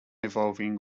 evolving